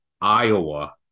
Iowa